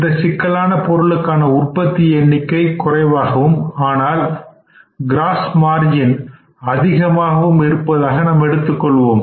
இந்த சிக்கலான பொருளுக்கான உற்பத்தி எண்ணிக்கை குறைவாகவும் ஆனால் கிராஸ் மார்ஜின் அதிகமாகவும் இருப்பதாக நாம் எடுத்துக்கொள்வோம்